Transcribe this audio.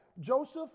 Joseph